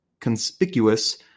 conspicuous